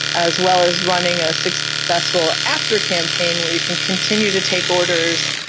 as well as running a successful after-campaign, where you can continue to take orders,